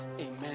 Amen